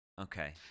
Okay